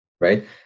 right